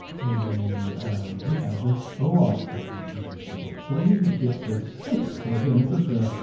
and we have this oauth token that we need to get. so we need to get this token. so again, this is the,